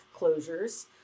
closures